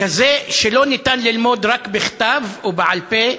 כזה שלא ניתן ללמוד רק בכתב ובעל-פה,